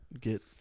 get